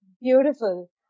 Beautiful